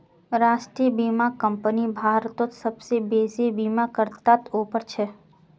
राष्ट्रीय बीमा कंपनी भारतत सबसे बेसि बीमाकर्तात उपर छ